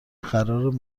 قرار